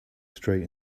street